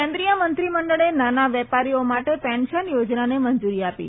કેન્દ્રીય મંત્રી મંડળે નાના વેપારીઓ માટે પેન્શન યોજનાને મંજુરી આપી